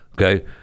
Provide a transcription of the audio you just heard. okay